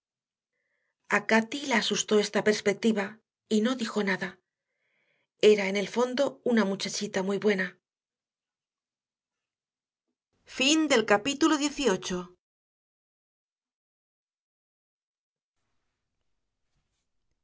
cati la asustó esta perspectiva y no dijo nada era en el fondo una muchachita muy buena capítulo